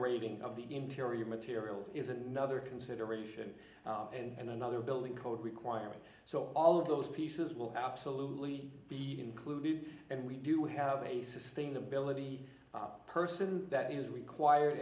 reading of the interior materials is another consideration and another building code requiring so all of those pieces will absolutely be included and we do have a sustainability person that is required